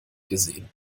gesehen